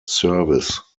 service